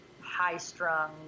high-strung